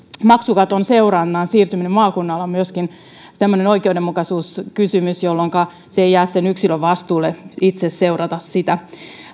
maksukaton seurannan siirtyminen maakunnalle on myöskin semmoinen oikeudenmukaisuuskysymys jolloinka ei jää yksilön vastuulle itse seurata sitä